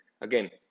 Again